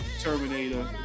Terminator